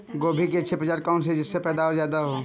गोभी की अच्छी प्रजाति कौन सी है जिससे पैदावार ज्यादा हो?